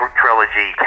trilogy